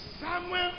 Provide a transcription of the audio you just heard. Samuel